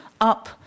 up